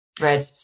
Red